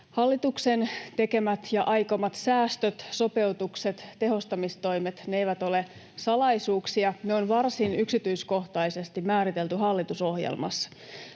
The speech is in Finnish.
Hallituksen tekemät ja aikomat säästöt, sopeutukset, tehostamistoimet, ne eivät ole salaisuuksia. Ne on varsin yksityiskohtaisesti määritelty hallitusohjelmassa.